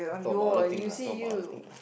talk about other thing lah talk about other thing